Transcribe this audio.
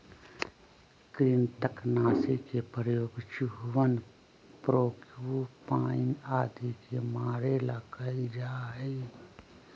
कृन्तकनाशी के प्रयोग चूहवन प्रोक्यूपाइन आदि के मारे ला कइल जा हई